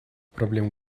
проблем